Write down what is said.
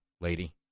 lady